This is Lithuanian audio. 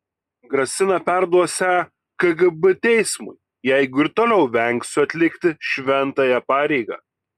grasina perduosią kgb teismui jeigu ir toliau vengsiu atlikti šventąją pareigą